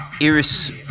Iris